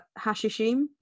Hashishim